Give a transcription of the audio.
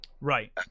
right